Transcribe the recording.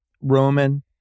Roman